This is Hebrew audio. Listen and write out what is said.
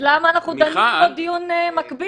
אז למה אנחנו דנים פה דיון מקביל?